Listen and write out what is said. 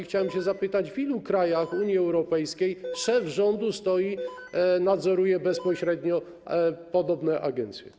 Chciałem się zapytać: W ilu krajach Unii Europejskiej szef rządu nadzoruje bezpośrednio podobne agencje?